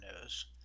news